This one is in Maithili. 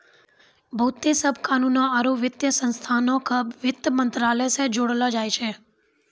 बहुते सभ कानूनो आरु वित्तीय संस्थानो के वित्त मंत्रालय से जोड़लो जाय छै